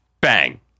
bang